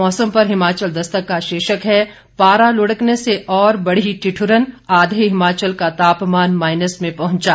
मौसम पर हिमाचल दस्तक का शीर्षक है पारा लुढ़कने से और बढ़ी ठिठ्रन आधे हिमाचल का तापमान माइनस में पहुंचा